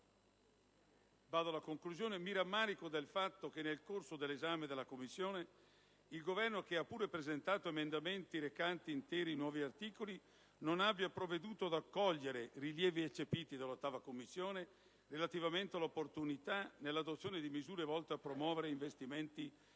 Mi rammarico del fatto che nel corso dell'esame della Commissione il Governo, che ha pure presentato emendamenti recanti interi nuovi articoli, non abbia provveduto ad accogliere rilievi eccepiti dalla 8a Commissione relativamente all'opportunità di adottare misure volte a promuovere investimenti